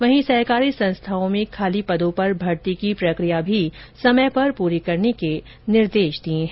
वहीं सहकारी संस्थाओं में खाली पदों पर भर्ती की प्रक्रिया भी समय पर पूरी करने के निर्देश दिए हैं